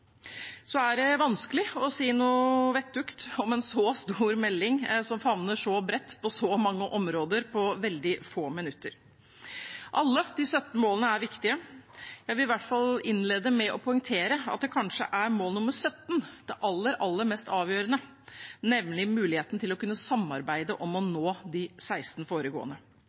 er vanskelig å si noe vettug om en så stor melding som favner så bredt på så mange områder, på veldig få minutter. Alle de 17 målene er viktige. Jeg vil i hvert fall innlede med å poengtere at det kanskje er mål nr. 17 som er det aller, aller mest avgjørende, nemlig muligheten til å kunne samarbeide om å nå de 16 foregående.